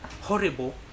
horrible